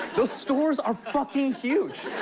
those stores are fucking huge.